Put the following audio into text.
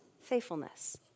faithfulness